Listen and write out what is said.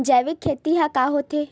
जैविक खेती ह का होथे?